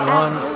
one